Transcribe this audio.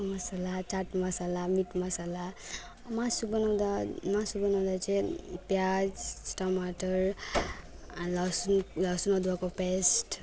को मसला चाट मसला मिट मसला मासु बनाउँदा मासु बनाउँदा चाहिँ प्याज टमाटर लसुन लसुन अदुवाको पेस्ट